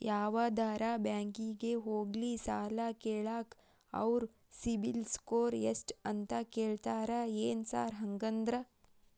ಯಾವದರಾ ಬ್ಯಾಂಕಿಗೆ ಹೋಗ್ಲಿ ಸಾಲ ಕೇಳಾಕ ಅವ್ರ್ ಸಿಬಿಲ್ ಸ್ಕೋರ್ ಎಷ್ಟ ಅಂತಾ ಕೇಳ್ತಾರ ಏನ್ ಸಾರ್ ಹಂಗಂದ್ರ?